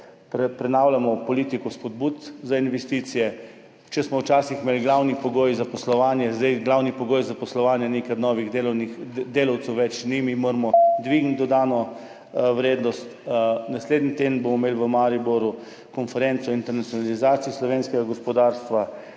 Prenavljamo politiko spodbud za investicije. Če smo včasih imeli glavni pogoj zaposlovanje, zdaj glavni pogoj zaposlovanje ni, ker novih delavcev več ni. Mi moramo dvigniti dodano vrednost. Naslednji teden bomo imeli v Mariboru konferenco o internacionalizaciji slovenskega gospodarstva